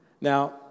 Now